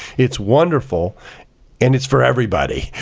it's wonderful and it's for everybody,